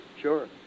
Sure